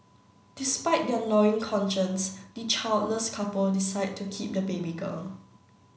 despite their gnawing conscience the childless couple decide to keep the baby girl